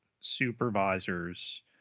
supervisors